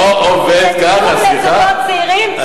לזוגות צעירים,